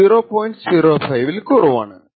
05 ൽ കുറാവാണ്